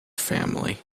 family